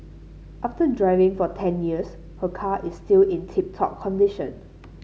after driving for ten years her car is still in tip top condition